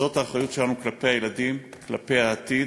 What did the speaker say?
זאת האחריות שלנו כלפי הילדים, כלפי העתיד.